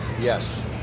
Yes